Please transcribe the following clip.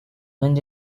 when